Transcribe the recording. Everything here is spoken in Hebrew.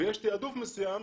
ויש תיעדוף מסוים.